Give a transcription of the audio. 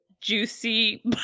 juicy